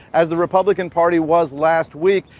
as the republican party was last week.